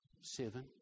Seven